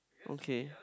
okay